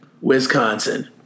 Wisconsin